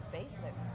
basic